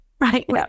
Right